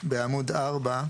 בעמוד 4,